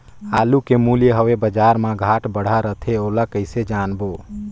आलू के मूल्य हवे बजार मा घाट बढ़ा रथे ओला कइसे जानबो?